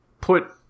put